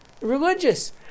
religious